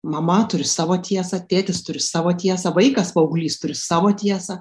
mama turi savo tiesą tėtis turi savo tiesą vaikas paauglys turi savo tiesą